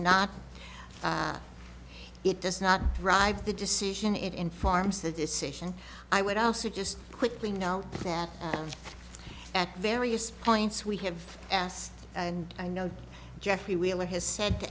not it does not drive the decision it informs the decision i would also just quickly know that at various points we have asked and i know jeffrey wheeler has said